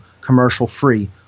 commercial-free